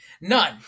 None